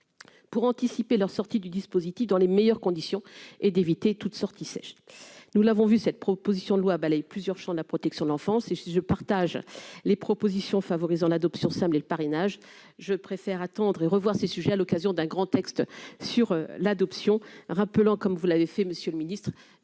pour anticiper leur sortie du dispositif dans les meilleures conditions et d'éviter toute sortie sèche, nous l'avons vu cette proposition de loi balai plusieurs champs de la protection de l'enfance et je partage les propositions favorisant l'adoption simple et le parrainage : je préfère attendre et revoir ses sujets à l'occasion d'un grand texte sur l'adoption, rappelant, comme vous l'avez fait monsieur le ministre,